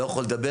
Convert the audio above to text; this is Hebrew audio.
לא יכול לדבר,